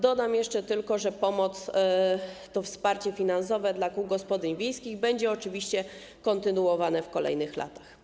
Dodam jeszcze tylko, że wsparcie finansowe dla kół gospodyń wiejskich będzie oczywiście kontynuowane w kolejnych latach.